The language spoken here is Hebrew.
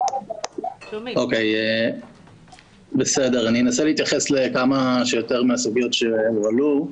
אני אנסה להתייחס לכמה שיותר מהסוגיות שהועלו.